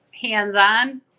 hands-on